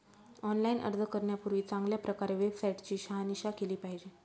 online अर्ज करण्यापूर्वी चांगल्या प्रकारे वेबसाईट ची शहानिशा केली पाहिजे